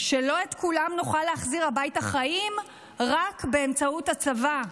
שלא את כולם נוכל להחזיר הביתה חיים רק באמצעות הצבא.